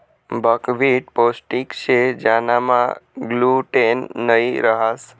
buckwheat पोष्टिक शे ज्यानामा ग्लूटेन नयी रहास